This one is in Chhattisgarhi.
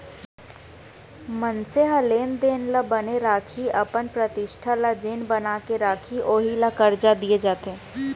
मनसे ह लेन देन ल बने राखही, अपन प्रतिष्ठा ल जेन बना के राखही उही ल करजा दिये जाथे